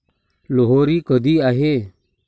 लोहरी कधी आहे?